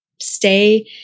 stay